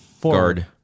Guard